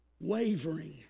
Wavering